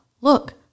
Look